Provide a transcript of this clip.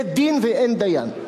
לית דין ואין דיין,